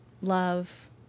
love